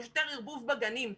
יש יותר ערבוב בגנים.